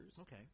Okay